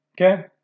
Okay